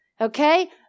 okay